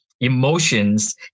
emotions